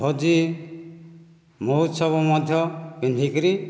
ଭୋଜି ମହୋତ୍ସବ ମଧ୍ୟ ପିନ୍ଧିକରି